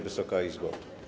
Wysoka Izbo!